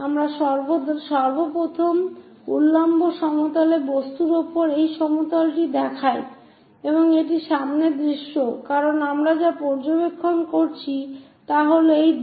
আমরা সর্বপ্রথম উল্লম্ব সমতলে বস্তুর উপর এই সমতলটি দেখাই এবং এটি সামনের দৃশ্য কারণ আমরা যা পর্যবেক্ষণ করছি তা হল এই দিকটি